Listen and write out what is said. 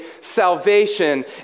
salvation